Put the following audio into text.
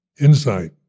insight